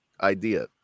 idea